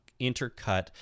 intercut